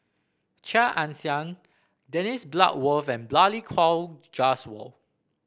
Chia Ann Siang Dennis Bloodworth and Balli Kaur Jaswal